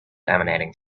emanating